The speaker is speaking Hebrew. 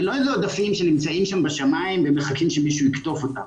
זה לא עודפים שנמצאים שם בשמיים ומחכים שמישהו יקטוף אותם.